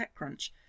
TechCrunch